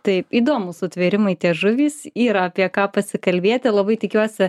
taip įdomūs sutvėrimai tie žuvys yra apie ką pasikalbėti labai tikiuosi